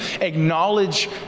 acknowledge